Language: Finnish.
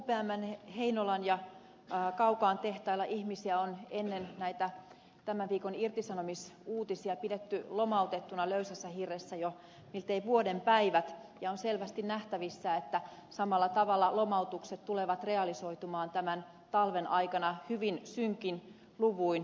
upmn heinolan ja kaukaan tehtailla ihmisiä on ennen näitä tämän viikon irtisanomis uutisia pidetty lomautettuna löysässä hirressä jo miltei vuoden päivät ja on selvästi nähtävissä että samalla tavalla lomautukset tulevat realisoitumaan tämän talven aikana hyvin synkin luvuin irtisanomisiksi